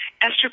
Esther